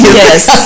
yes